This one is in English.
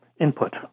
input